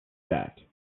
that